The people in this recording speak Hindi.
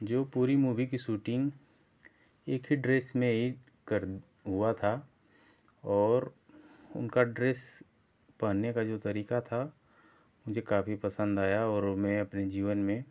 जो पूरी मुभी की शूटिंग एक ही ड्रेस में ही कर हुवा था और उनका ड्रेस पहन्ने का जो तरीका था मुझे काफी पसंद आया और वो मैं अपने जीवन में